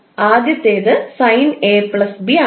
ആദ്യത്തേത് sine A plus B ആണ്